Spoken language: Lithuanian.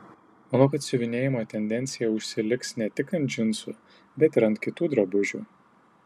manau kad siuvinėjimo tendencija užsiliks ne tik ant džinsų bet ir ant kitų drabužių